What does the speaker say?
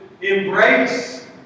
embrace